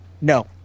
No